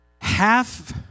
Half